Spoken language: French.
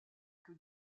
que